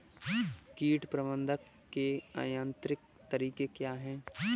कीट प्रबंधक के यांत्रिक तरीके क्या हैं?